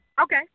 Okay